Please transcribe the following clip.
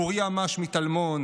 אוריה מש מטלמון,